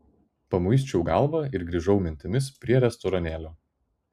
pamuisčiau galvą ir grįžau mintimis prie restoranėlio